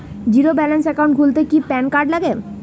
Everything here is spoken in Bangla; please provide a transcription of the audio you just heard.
জীরো ব্যালেন্স একাউন্ট খুলতে কি প্যান কার্ড লাগে?